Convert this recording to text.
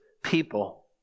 people